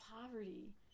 poverty